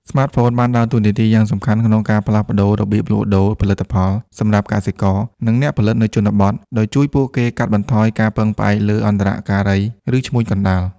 ស្មាតហ្វូនបានដើរតួនាទីយ៉ាងសំខាន់ក្នុងការផ្លាស់ប្ដូររបៀបលក់ដូរផលិតផលសម្រាប់កសិករ និងអ្នកផលិតនៅជនបទ ដោយជួយពួកគេ កាត់បន្ថយការពឹងផ្អែកលើអន្តរការី ឬឈ្មួញកណ្ដាល។